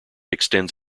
extends